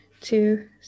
two